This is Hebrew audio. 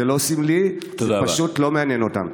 זה לא סמלי, זה פשוט לא מעניין אותם.